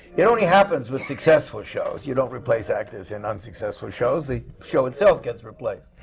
it only happens with successful shows. you don't replace actors in unsuccessful shows, the show itself gets replaced.